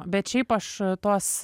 bet šiaip aš tos